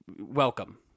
welcome